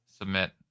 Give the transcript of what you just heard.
Submit